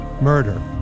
Murder